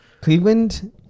Cleveland